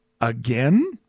again